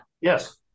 Yes